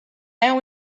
and